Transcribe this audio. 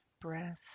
breath